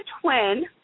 twin